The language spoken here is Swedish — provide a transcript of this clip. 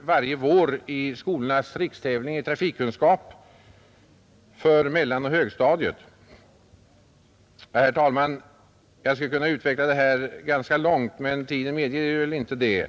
varje år avslutas med skolornas rikstävling i trafikkunskap för mellanoch högstadiet. Herr talman! Jag skulle kunna utveckla det här ganska långt, men tiden medger väl inte det.